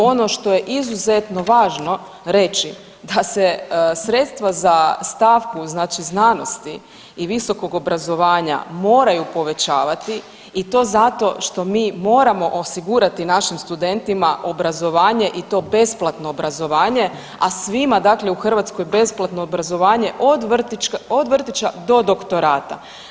Ono što je izuzetno važno reći da se sredstva za stavku, znači znanosti i visokog obrazovanja moraju povećavati i to zato što mi moramo osigurati našim studentima obrazovanje i to besplatno obrazovanje, a svima dakle u Hrvatskoj besplatno obrazovanje, od vrtića do doktorata.